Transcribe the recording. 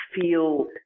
feel